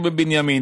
בבנימין.